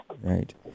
Right